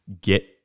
get